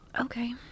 Okay